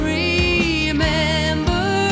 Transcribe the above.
remember